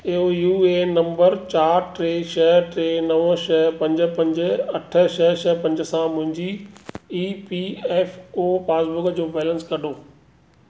U A N number चार टे छह टे नव छह पंज पंज अठ छह छह पंज सां मुंहिंजी E P F O passbook जो बैलेंस कढो